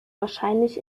wahrscheinlich